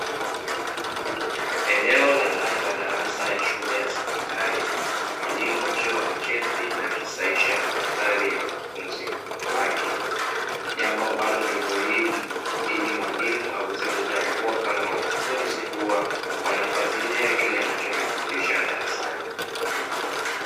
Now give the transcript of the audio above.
Eneo la ndani la darasa la shule ya sekondari, mwalimu akiwa ameketi na akisahisha madaftari ya wanafunzi wake, jambo ambalo ni muhimu ili mwalimu aweze kutambua kama wanafunzi huwa wanafatilia kile anachokifundisha darasani.